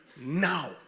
Now